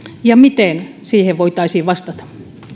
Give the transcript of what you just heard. ja miten siihen voitaisiin vastata